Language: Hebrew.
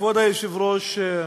כבוד היושב-ראש,